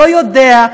לא יודע,